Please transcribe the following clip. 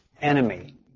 enemy